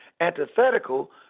antithetical